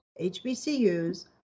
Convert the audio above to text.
HBCUs